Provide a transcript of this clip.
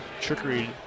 trickery